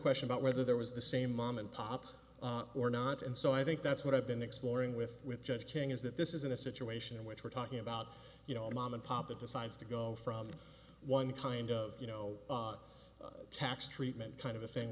question about whether there was the same mom and pop or not and so i think that's what i've been exploring with with judge king is that this isn't a situation in which we're talking about you know mom and pop that decides to go from one kind of you know tax treatment kind of a thing